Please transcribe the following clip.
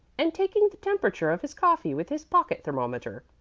and taking the temperature of his coffee with his pocket thermometer.